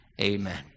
Amen